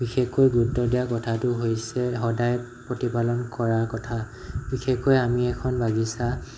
বিশেষকৈ গুৰুত্ব দিয়াৰ কথাটো হৈছে সদায় প্ৰতিপালন কৰাৰ কথা বিশেষকৈ আমি এখন বাগিছা